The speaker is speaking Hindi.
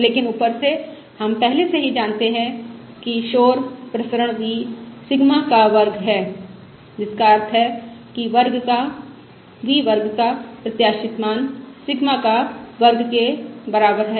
लेकिन ऊपर से हम पहले से ही जानते हैं कि शोर वेरियेन्स v सिग्मा का वर्ग है जिसका अर्थ है कि v वर्ग का प्रत्याशित मान सिग्मा का वर्ग के बराबर है